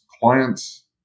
clients